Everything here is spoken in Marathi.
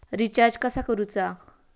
रिचार्ज कसा करूचा?